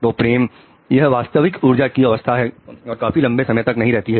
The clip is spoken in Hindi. तो प्रेम यह वास्तविक ऊर्जा की अवस्था है और काफी लंबे समय तक नहीं रहती है